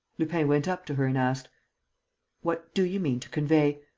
lupin went up to her and asked what do you mean to convey?